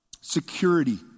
security